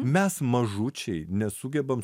mes mažučiai nesugebam